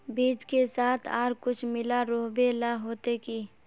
बीज के साथ आर कुछ मिला रोहबे ला होते की?